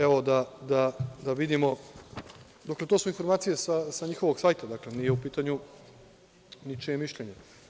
Evo da vidimo, dakle, to su informacije sa njihovog sajte, dakle nije u pitanju ničije mišljenje.